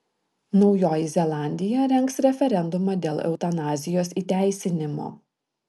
naujoji zelandija rengs referendumą dėl eutanazijos įteisinimo